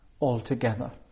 altogether